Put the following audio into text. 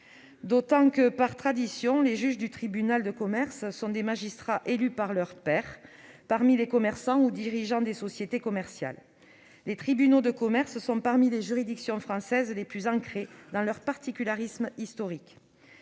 d'autant que, par tradition, les juges du tribunal de commerce sont des magistrats élus par leurs pairs parmi les commerçants ou dirigeants des sociétés commerciales. Les tribunaux de commerce sont parmi les juridictions françaises les plus ancrées dans leur particularisme historique.